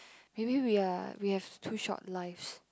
maybe we are we have too short lives